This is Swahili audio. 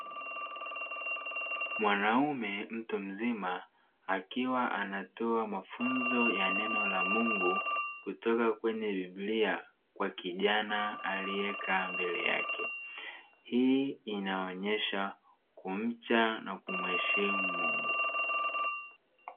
Mwanaume mtu mzima akiwa anatoa mafunzo ya neno la Mungu kutoka kwenye biblia kwa kijana aliekaa mbele yake, hii inaonyesha kumcha na kumuheshimu Mungu.